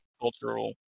cultural